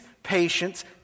patience